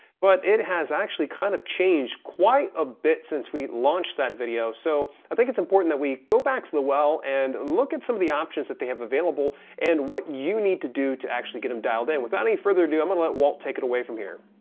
but it has actually kind of changed quite a bit since we launched that video, so i think it's important that we go back to the well and look at some of the options that they have available and what you need to do to actually get them dialed in. without any further ado, i'm gonna let walt take it away from here.